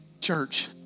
church